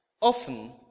often